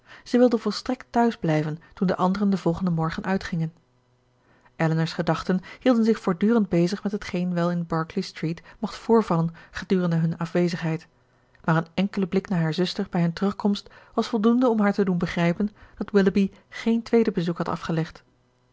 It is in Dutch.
zij wilde volstrekt tehuis blijven toen de anderen den volgenden morgen uitgingen elinor's gedachten hielden zich voortdurend bezig met hetgeen wel in berkeley street mocht voorvallen gedurende hunne afwezigheid maar een enkele blik naar haar zuster bij hun terugkomst was voldoende om haar te doen begrijpen dat willoughby geen tweede bezoek had afgelegd